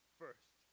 first